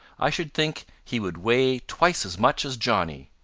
i should think he would weight twice as much as johnny.